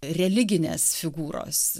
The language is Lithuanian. religinės figūros